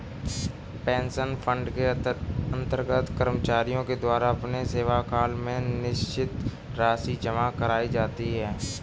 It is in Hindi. पेंशन फंड के अंतर्गत कर्मचारियों के द्वारा अपने सेवाकाल में निश्चित राशि जमा कराई जाती है